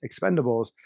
Expendables